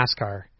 NASCAR